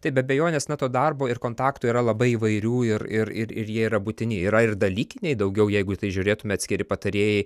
tai be abejonės na to darbo ir kontaktų yra labai įvairių ir ir ir ir jie yra būtini yra ir dalykiniai daugiau jeigu tai žiūrėtume atskiri patarėjai